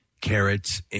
carrots